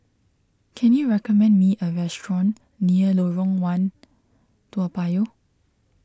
can you recommend me a restaurant near Lorong one Toa Payoh